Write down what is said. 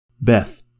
Beth